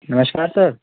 नमस्कार सर